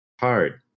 hard